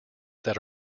that